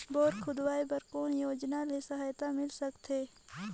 Bore खोदवाय बर कौन योजना ले सहायता मिल सकथे?